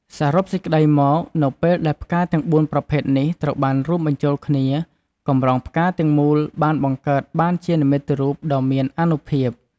សរុបសេចក្តីមក នៅពេលដែលផ្កាទាំងបួនប្រភេទនេះត្រូវបានរួមបញ្ចូលគ្នា កម្រងផ្កាទាំងមូលបានបង្កើតបានជានិមិត្តរូបដ៏មានអានុភាព។